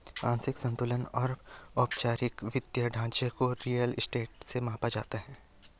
आंशिक संतुलन और औपचारिक वित्तीय ढांचे को रियल स्टेट से मापा जाता है